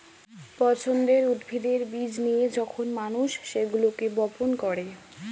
পছন্দের উদ্ভিদের বীজ নিয়ে যখন মানুষ সেগুলোকে বপন করে